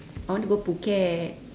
I want to go phuket